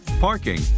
parking